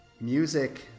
music